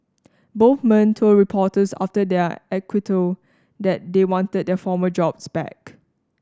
both men told reporters after their acquittal that they wanted their former jobs back